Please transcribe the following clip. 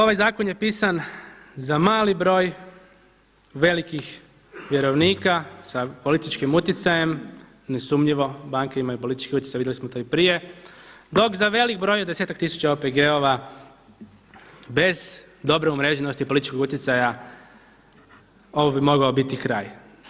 Ovaj zakon je pisan za mali broj velikih vjerovnika sa političkim utjecajem, nesumnjivo banke imaju politički utjecaj vidjeli smo to i prije, dok za velik broj od desetak tisuća OPG-ova bez dobre umreženosti političkog utjecaja ovo bi mogao biti kraj.